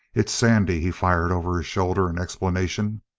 it's sandy, he fired over his shoulder in explanation.